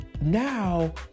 now